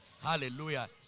Hallelujah